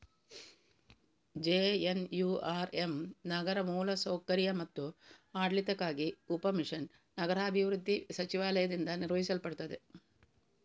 JNURM ನಗರ ಮೂಲ ಸೌಕರ್ಯ ಮತ್ತು ಆಡಳಿತಕ್ಕಾಗಿ ಉಪ ಮಿಷನ್ ನಗರಾಭಿವೃದ್ಧಿ ಸಚಿವಾಲಯದಿಂದ ನಿರ್ವಹಿಸಲ್ಪಡುತ್ತದೆ